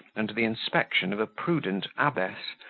under the inspection of a prudent abbess,